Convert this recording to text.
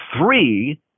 three